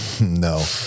No